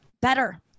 better